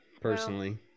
Personally